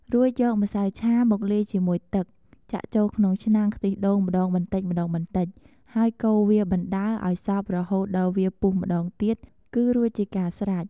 រួចយកម្សៅឆាមកលាយជាមួយទឹក ចាក់ចូលក្នុងឆ្នាំងខ្ទិះដូងម្ដងបន្តិចៗ ហើយកូរវាបណ្ដើរឱ្យសព្វរហូតដល់វាពុះម្ដងទៀតគឺរួចជាការស្រេច។